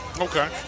Okay